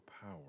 power